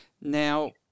Now